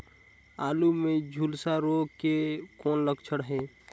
आलू मे झुलसा रोग के कौन लक्षण हे?